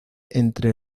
entre